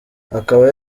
akaba